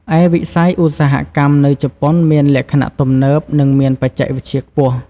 ឯវិស័យឧស្សាហកម្មនៅជប៉ុនមានលក្ខណៈទំនើប និងមានបច្ចេកវិទ្យាខ្ពស់ ។